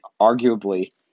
arguably